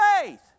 Faith